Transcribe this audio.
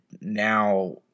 Now